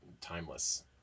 timeless